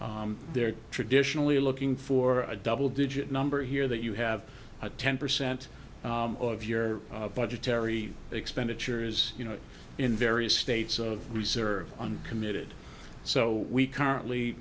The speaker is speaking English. they're traditionally looking for a double digit number here that you have a ten percent of your budgetary expenditures you know in various states of reserve uncommitted so we currently